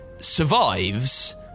survives